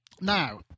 Now